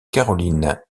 caroline